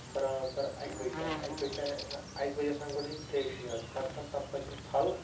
برابر اَکہِ بَجہِ تام اَکہِ بَجہِ تام اَکہِ بَجہِ آسان گۄڈٕ دِنۍ ترٛیشی حظ پَتہٕ چھِ آسان تَمہِ پَتہٕ دیُن پھَل